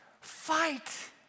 fight